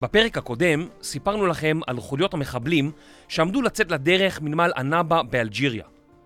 בפרק הקודם סיפרנו לכם על חוליות המחבלים שעמדו לצאת לדרך מנמל ענאבה באלג'יריה.